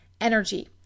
energy